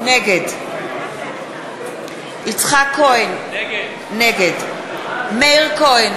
נגד יצחק כהן, נגד מאיר כהן,